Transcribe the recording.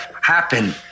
happen